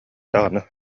даҕаны